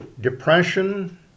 depression